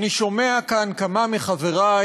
אני שומע כאן כמה מחברי,